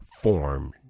form